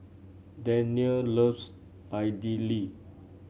Dania loves Idili